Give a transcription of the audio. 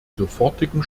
sofortigen